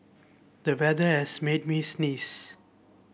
the weather as made me sneeze